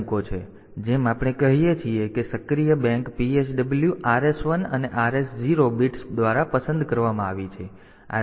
તેથી જેમ આપણે કહીએ છીએ કે સક્રિય બેંક PSW RS1 અને RS0 બિટ્સ દ્વારા પસંદ કરવામાં આવે છે